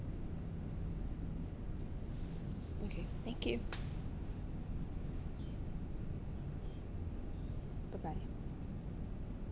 okay thank you bye bye